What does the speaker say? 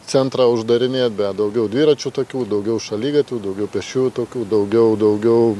centrą uždarinėt bet daugiau dviračių takių daugiau šaligatvių daugiau pėsčiųjų tokų daugiau daugiau